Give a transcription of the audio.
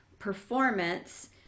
performance